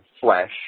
flesh